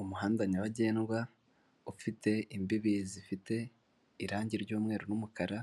Umuhanda nyabagendwa ufite imbibi zifite irangi ry'umweru n'umukara